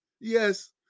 Yes